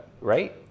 right